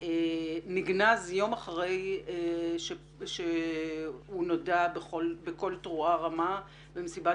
המתווה הזה נגנז יום אחרי שהוא נודע בכל תרועה רמה במסיבת